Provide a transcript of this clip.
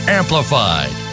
amplified